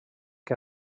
què